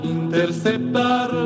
interceptar